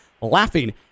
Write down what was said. laughing